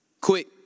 Quick